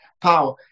power